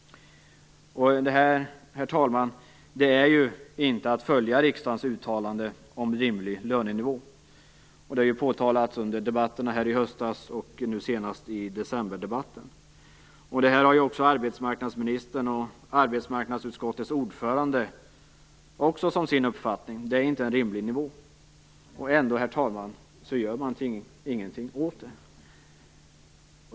Det är att inte följa riksdagens uttalande om en rimlig lönenivå. Det har påtalats under debatterna i höstas och nu senast i decemberdebatten. Arbetsmarknadsministern och arbetsmarknadsutskottets ordförande har också den uppfattningen att det inte är en rimlig nivå. Ändå gör man ingenting åt det.